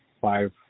five